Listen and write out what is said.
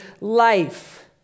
life